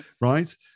right